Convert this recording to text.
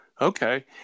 Okay